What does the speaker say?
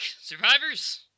survivors